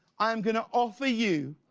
um going to offer you